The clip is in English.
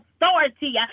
authority